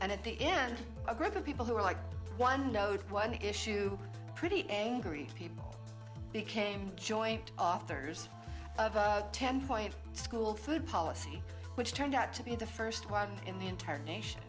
and at the end a group of people who were like one note one issue pretty angry people became joint authors of a ten point school food policy which turned out to be the first one in the entire nation